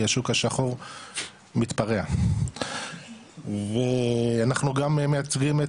כי השוק השחור מתפרע ואנחנו גם מייצגים את